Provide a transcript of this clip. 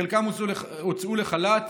חלקם הוצאו לחל"ת,